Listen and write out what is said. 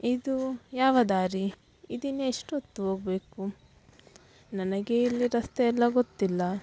ಇದು ಯಾವ ದಾರಿ ಇದಿನ್ನು ಎಷ್ಟೊತ್ತು ಹೋಗ್ಬೇಕು ನನಗೆ ಇಲ್ಲಿ ರಸ್ತೆಯೆಲ್ಲ ಗೊತ್ತಿಲ್ಲ